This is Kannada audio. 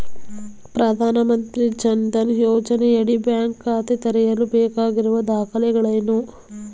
ಪ್ರಧಾನಮಂತ್ರಿ ಜನ್ ಧನ್ ಯೋಜನೆಯಡಿ ಬ್ಯಾಂಕ್ ಖಾತೆ ತೆರೆಯಲು ಬೇಕಾಗಿರುವ ದಾಖಲೆಗಳೇನು?